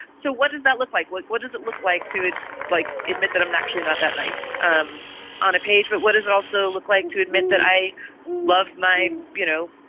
so what does that look like? what what does it look like to like admit that i'm actually not that nice um on a page. but what is also look like to admit that i love my, you know,